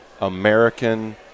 American